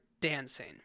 dancing